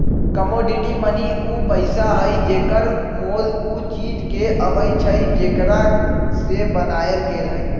commodity money उ पइसा हइ जेकर मोल उ चीज से अबइ छइ जेकरा से बनायल गेल हइ